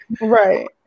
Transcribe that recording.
Right